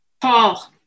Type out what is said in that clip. Paul